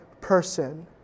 person